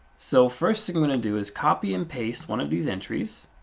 so first thing i'm going to do is copy and paste one of these entries,